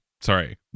Sorry